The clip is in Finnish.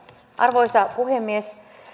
arvoisa puhemies